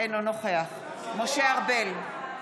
אינו נוכח משה ארבל,